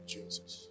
Jesus